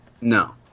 No